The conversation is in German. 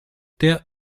der